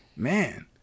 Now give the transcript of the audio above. Man